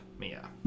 MIA